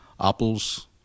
apples